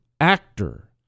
actor